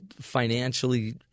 financially